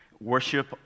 worship